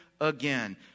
again